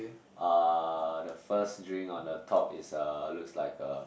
uh the first drink on the top is a looks like a